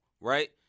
right